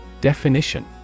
Definition